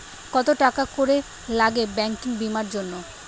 কত টাকা করে লাগে ব্যাঙ্কিং বিমার জন্য?